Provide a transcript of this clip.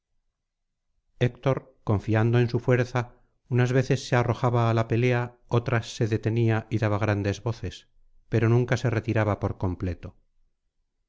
héctor confiando en su fuerza unas veces se arrojaba á la pelea otras se detenía y daba grandes voces pero nunca se retiraba por completo